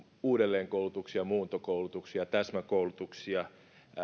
uudelleenkoulutuksia muuntokoulutuksia ja täsmäkoulutuksia